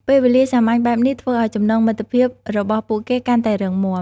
ពេលវេលាសាមញ្ញបែបនេះធ្វើឲ្យចំណងមិត្តភាពរបស់ពួកគេកាន់តែរឹងមាំ។